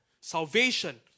Salvation